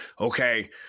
okay